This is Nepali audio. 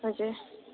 हजुर